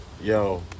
Yo